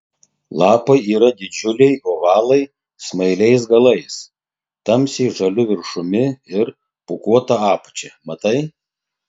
lapai yra didžiuliai ovalai smailais galais tamsiai žaliu viršumi ir pūkuota apačia matai